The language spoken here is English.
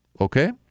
Okay